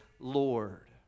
Lord